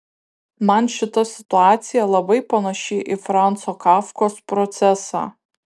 man šita situacija labai panaši į franco kafkos procesą